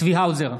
צבי האוזר,